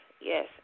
yes